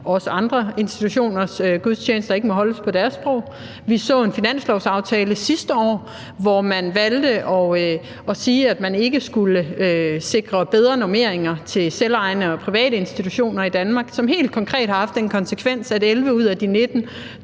at også andre institutioners gudstjenester ikke må holdes på deres sprog. Vi så en finanslovsaftale sidste år, hvor man valgte at sige, at man ikke skulle sikre bedre normeringer til selvejende og private institutioner i Danmark, hvilket helt konkret har haft den konsekvens, at 11 ud af de 19